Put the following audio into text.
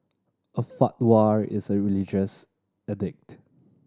a fatwa is a religious edict